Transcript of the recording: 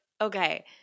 okay